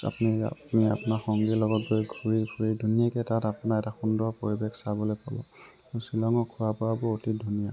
আপুনি আপোনাৰ সংগীৰ লগত গৈ ঘূৰি ফুৰি ধুনীয়াকৈ তাত আপোনাৰ এটা সুন্দৰ পৰিৱেশ চাবলৈ পাব শ্বিলংৰ খোৱা বোৱাবোৰ অতি ধুনীয়া